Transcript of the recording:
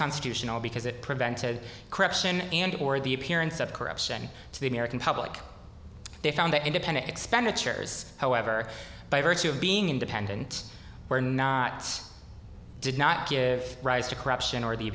constitutional because it prevented corruption and or the appearance of corruption to the american public they found that independent expenditures however by virtue of being independent were not did not give rise to corruption or the